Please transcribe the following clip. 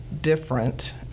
different